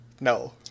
No